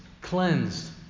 cleansed